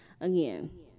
again